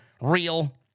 real